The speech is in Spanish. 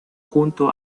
junto